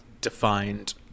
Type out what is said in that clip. defined